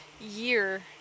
year